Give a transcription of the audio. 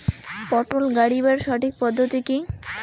পটল গারিবার সঠিক পদ্ধতি কি?